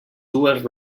dues